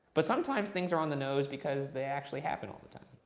but sometimes things are on the nose because they actually happen all the time.